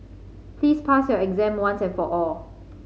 please pass your exam once and for all